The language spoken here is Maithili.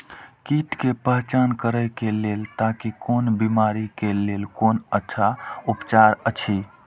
कीट के पहचान करे के लेल ताकि कोन बिमारी के लेल कोन अच्छा उपचार अछि?